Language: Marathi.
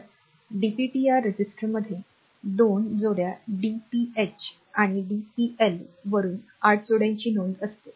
तर डीपीटीआर रजिस्टरमध्ये दोन जोड्या डीपीएच आणि डीपीएल वरून 8 जोड्यांची नोंद असते